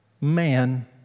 man